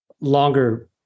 longer